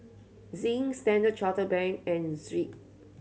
Zinc Standard Chartered Bank and Schick